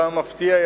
כמה מפתיע,